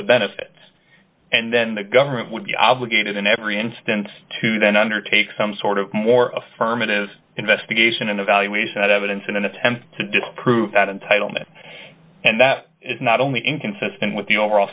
to benefits and then the government would be obligated in every instance to then undertake some sort of more affirmative investigation and evaluation of evidence in an attempt to disprove that entitlement and that is not only inconsistent with the overall